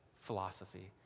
philosophy